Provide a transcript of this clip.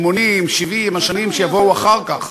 80, 70 השנים שיבואו אחר כך,